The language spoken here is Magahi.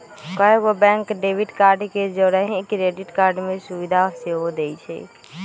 कएगो बैंक डेबिट कार्ड के जौरही क्रेडिट कार्ड के सुभिधा सेहो देइ छै